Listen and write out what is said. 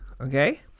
okay